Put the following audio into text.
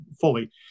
fully